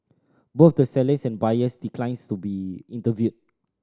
both the sellers and buyers declines to be interviewed